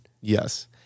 Yes